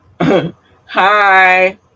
hi